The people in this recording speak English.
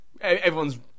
Everyone's